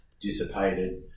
dissipated